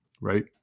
right